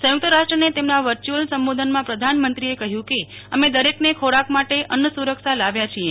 સંયુક્ત રાષ્ટ્રને તેમના વર્ચુઅલ સંબોધનમાં પ્રધાનમંત્રી કહ્યું કે અમે દરેકને ખોરાક માટે અન્ન સુરક્ષા લાવ્યા છીએ